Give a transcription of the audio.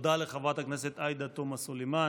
תודה לחברת הכנסת עאידה תומא סלימאן.